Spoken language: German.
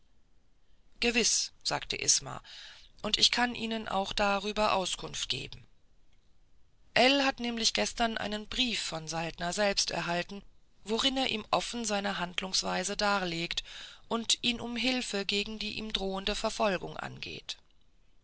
gewiß erwiderte isma und ich kann ihnen auch darüber auskunft geben ell hat nämlich gestern einen brief von saltner selbst erhalten worin er ihm offen seine handlungsweise darlegt und ihn um hilfe gegen die ihm drohende verfolgung angeht